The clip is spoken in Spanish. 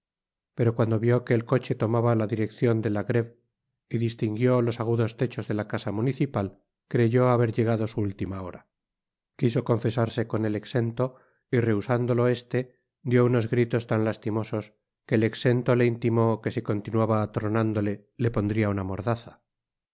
pero cuando vió que el coche tomaba la direccion de la greve y distinguió los agudos techos de la casa municipal creyó haber llegado su última hora quiso confesarse con el exento y rehusandolo este dió unos gritos tan lastimosos que el exento le intimó que si continuaba atronándole le pondria una mordaza